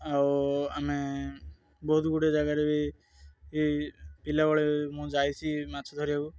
ଆଉ ଆମେ ବହୁତ ଗୁଡ଼ିଏ ଜାଗାରେ ବି ପିଲାବେଳେ ମୁଁ ଯାଇଛି ମାଛ ଧରିବାକୁ